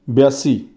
ਬਿਆਸੀ